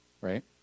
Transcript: right